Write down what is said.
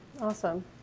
Awesome